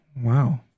Wow